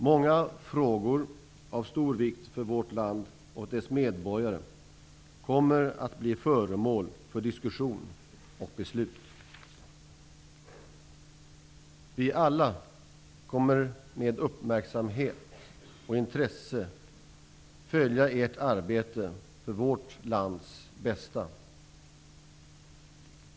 Många frågor av stor vikt för vårt land och dess medborgare kommer att bli föremål för diskussion och beslut. Vi alla kommer att med uppmärksamhet och intresse följa ert arbete för vårt lands bästa.